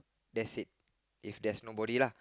that's it if there's nobody lah